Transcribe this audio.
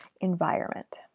environment